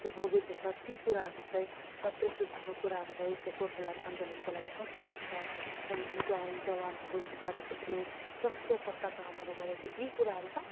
चाहिँ भोगेको छ ती कुराहरू चाहिँ छत्रे सुब्बाको कुराहरू भयो उसले गोर्खाल्यान्ड आन्दोलनको लागि कस्ता कस्ता जल जवानहरू थुपारेका थिए कस्ता कस्ता कामहरू गरेका थिए यी कुराहरू